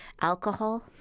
alcohol